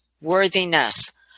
worthiness